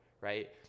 right